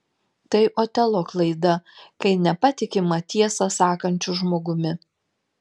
tai otelo klaida kai nepatikima tiesą sakančiu žmogumi